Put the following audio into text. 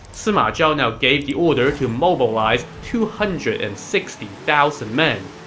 sima zhao now gave the order to mobilize two hundred and sixty thousand men.